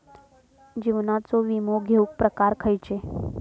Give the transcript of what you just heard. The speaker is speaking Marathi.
जीवनाचो विमो घेऊक प्रकार खैचे?